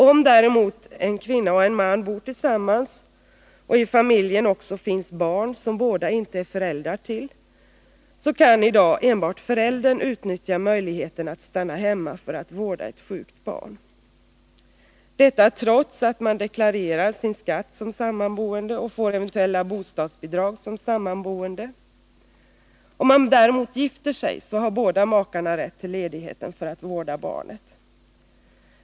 Om däremot en kvinna och en man bor tillsammans och i familjen också finns barn som båda inte är föräldrar till, så kan i dag enbart föräldern utnyttja möjligheten att stanna hemma för att vårda ett sjukt barn. Detta gäller trots att de deklarerar sin inkomst som sammanboende och får eventuella bostadsbidrag som sammanboende. Om de däremot gifter sig, har båda makarna rätt till ledighet för att vårda barnet.